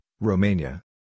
Romania